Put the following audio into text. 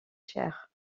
cher